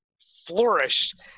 flourished